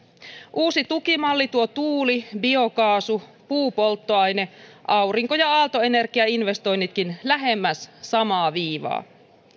uusi tukimalli tuo tuuli biokaasu puupolttoaine aurinko ja aaltoenergiainvestoinnitkin lähemmäs samaa viivaa